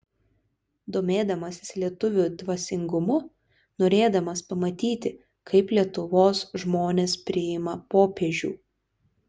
domėdamasis lietuvių dvasingumu norėdamas pamatyti kaip lietuvos žmonės priima popiežių